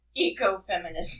ecofeminism